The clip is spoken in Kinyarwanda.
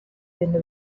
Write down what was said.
ibintu